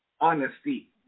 Honesty